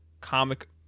comic